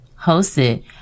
hosted